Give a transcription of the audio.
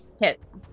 Hits